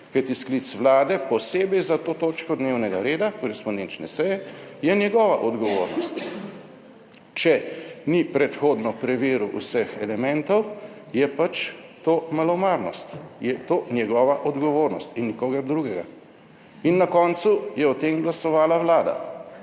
Kajti, sklic vlade posebej za to točko dnevnega reda korespondenčne seje je njegova odgovornost. Če ni predhodno preveril vseh elementov, je pač to malomarnost, je to njegova odgovornost in nikogar drugega. In na koncu je o tem glasovala Vlada.